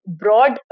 broad